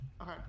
Okay